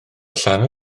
llanw